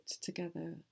together